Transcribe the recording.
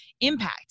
impact